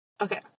Okay